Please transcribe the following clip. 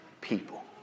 people